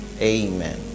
Amen